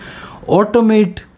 Automate